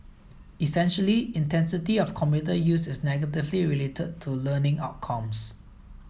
essentially intensity of computer use is negatively related to learning outcomes